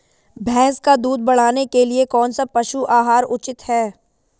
भैंस का दूध बढ़ाने के लिए कौनसा पशु आहार उचित है?